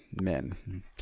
men